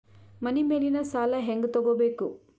ಮನಿ ಮೇಲಿನ ಸಾಲ ಹ್ಯಾಂಗ್ ತಗೋಬೇಕು?